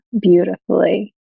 beautifully